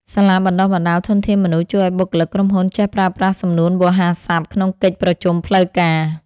សាលាបណ្ដុះបណ្ដាលធនធានមនុស្ស ជួយឱ្យបុគ្គលិកក្រុមហ៊ុនចេះប្រើប្រាស់សំនួនវោហារស័ព្ទក្នុងកិច្ចប្រជុំផ្លូវការ។